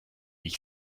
ich